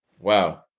Wow